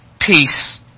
peace